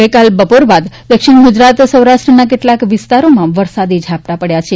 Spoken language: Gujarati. ગઇકાલ બપોર બાદ દક્ષિણ ગુજરાત સૌરાષ્ટ્રના કેટલાંક વિસ્તારોમાં વરસાદી ઝાપટાં પડ્યા છે